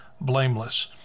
blameless